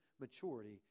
maturity